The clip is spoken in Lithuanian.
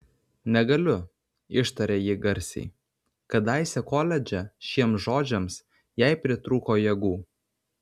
negaliu ištarė ji garsiai kadaise koledže šiems žodžiams jai pritrūko jėgų